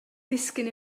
disgyn